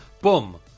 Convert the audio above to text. Boom